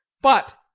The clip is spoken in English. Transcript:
but,